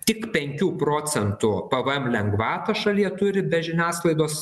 tik penkių procentų pvm lengvatą šalyje turi be žiniasklaidos